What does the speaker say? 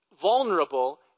vulnerable